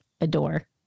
adore